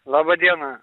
laba diena